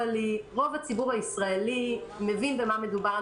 לי רוב הציבור הישראלי מבין במה מדובר.